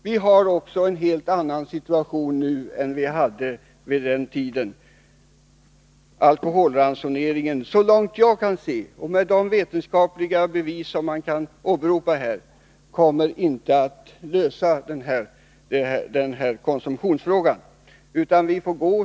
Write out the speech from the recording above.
Vi har också en helt annan situation nu än vad vi hade vid den tiden. Så långt jag kan se, och att döma av de vetenskapliga bevis som man kan åberopa, kommer alkoholransonering inte att lösa konsumtionsfrågan.